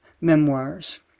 Memoirs